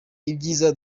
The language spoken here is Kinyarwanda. ibyiza